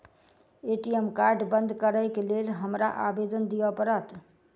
ATM card बंद करैक लेल हमरा आवेदन दिय पड़त?